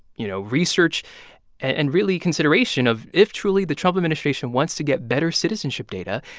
you know, research and, really, consideration of if, truly, the trump administration wants to get better citizenship data,